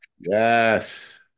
Yes